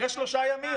-- אחרי שלושה ימים,